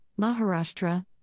Maharashtra